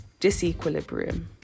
disequilibrium